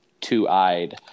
two-eyed